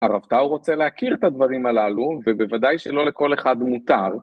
הרב טאו רוצה להכיר את הדברים הללו, ובוודאי שלא לכל אחד מותר.